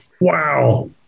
Wow